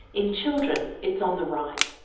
in children it's on the right.